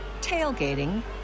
tailgating